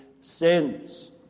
sins